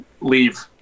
leave